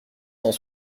cent